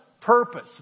purpose